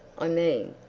i mean,